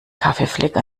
kaffeefleck